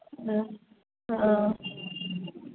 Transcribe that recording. ಹಾಂ ಹಾಂ